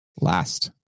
last